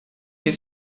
ġie